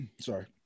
Sorry